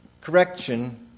correction